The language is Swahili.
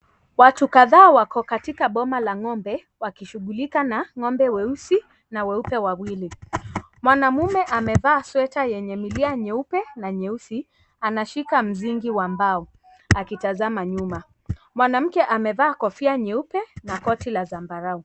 Watu kadhaa wako katika boma la ng'ombe wakishughulika na ng'ombe weusi na weupe wawili, mwanamume amevaa sweater yenye milia nyeupe na nyeusi anashika mzingi wa mbao akitazama nyuma, mwanamke amevaa kofia nyeupe na koti la zambarau.